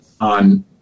on